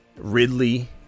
Ridley